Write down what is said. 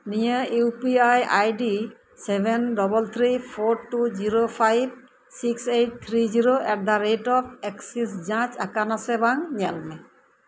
ᱱᱤᱭᱟᱹ U P I ID seven double three four two zero five six eight three zero ᱮᱴᱫᱟ rate of excess ᱡᱟᱡᱽ ᱟᱠᱟᱱᱟ ᱥᱮ ᱵᱟᱝ ᱧᱮᱞ ᱢᱮ